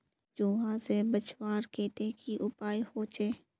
चूहा से बचवार केते की उपाय होचे?